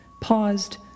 paused